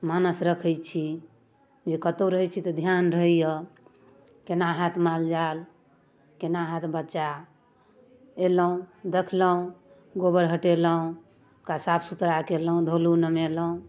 भानस रखै छी जे कतौ रहै छी तऽ ध्यान रहैय केना हैत मालजाल केना होयत बच्चा अयलहुँ देखलहुँ गोबर हटेलहुँ हुनका साफ सुथरा कयलहुँ धोलहुँ नमेलहुँ